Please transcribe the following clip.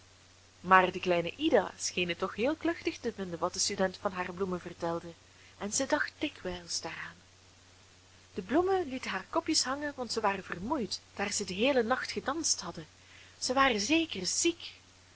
maar de kleine ida scheen het toch heel kluchtig te vinden wat de student van haar bloemen vertelde en zij dacht dikwijls daaraan de bloemen lieten haar kopjes hangen want zij waren vermoeid daar zij den heelen nacht gedanst hadden zij waren zeker ziek